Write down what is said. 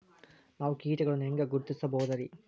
ನಾವು ಕೀಟಗಳನ್ನು ಹೆಂಗ ಗುರುತಿಸಬೋದರಿ?